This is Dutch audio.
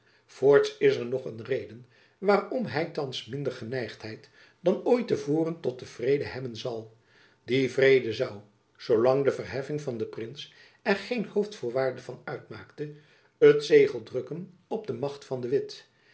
voorts is er nog een reden waarom hy thands minder geneigdheid dan ooit te voren tot den vrede hebben zal die vrede zoû zoolang de verheffing van den prins er geen hoofdvoorwaarde van uitmaakte het zegel drukken op de macht van de witt